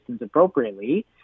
appropriately